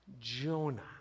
Jonah